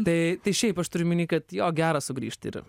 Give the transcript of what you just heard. tai tai šiaip aš turiu omeny kad jo gera sugrįžt ir